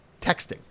texting